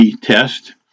test